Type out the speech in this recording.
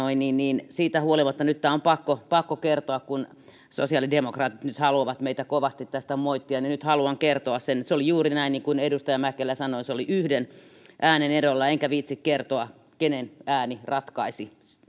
siitä huolimatta nyt tämä on pakko pakko kertoa kun sosiaalidemokraatit nyt haluavat meitä kovasti tästä moittia niin nyt haluan kertoa sen että se oli juuri näin kuin edustaja mäkelä sanoi se oli yhden äänen ero enkä viitsi kertoa kenen ääni ratkaisi